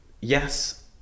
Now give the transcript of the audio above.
yes